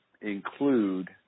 include